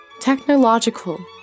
Technological